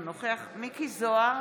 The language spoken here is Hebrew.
אינו נוכח מכלוף מיקי זוהר,